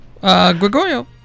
Gregorio